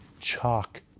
chalk